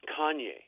Kanye